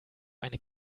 eine